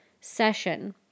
session